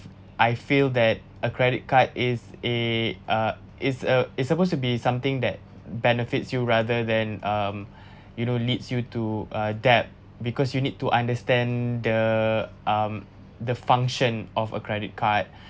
I feel that a credit card is a uh it's a it's supposed to be something that benefits you rather than um you know leads you to a debt because you need to understand the um the function of a credit card